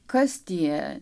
kas tie